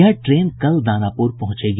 यह ट्रेन कल दानापुर पहुंचेगी